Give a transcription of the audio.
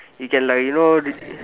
you can like you know